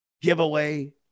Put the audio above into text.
giveaway